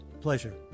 pleasure